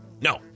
No